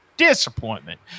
Disappointment